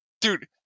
Dude